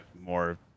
more